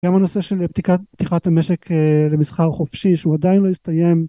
גם הנושא של פתיחת המשק למסחר חופשי שהוא עדיין לא הסתיים